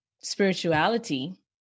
spirituality